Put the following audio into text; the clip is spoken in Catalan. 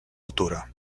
altura